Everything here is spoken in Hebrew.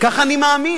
כך אני מאמין.